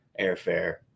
airfare